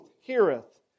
heareth